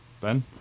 Ben